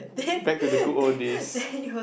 back to the good old days